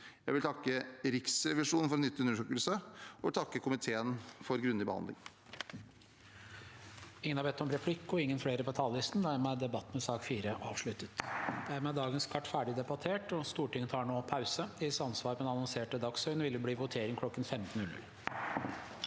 Jeg vil takke Riksrevisjonen for en nyttig undersøkelse og komiteen for en grundig behandling.